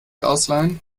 ausleihen